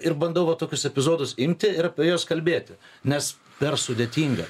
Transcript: ir bandau va tokius epizodus imti ir apie juos kalbėti nes per sudėtinga